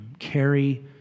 Carry